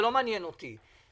זה לא מעניין אותי.